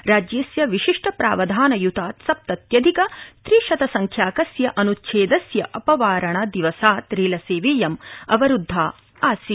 राज्यस्य विशिष्ठ प्रावधानयुतात् सप्तत्यधिक त्रि शत संख्याकस्य अन्च्छेदस्य अपवारणदिवसात् रेलसेवेयं अवरुद्धा आसीत्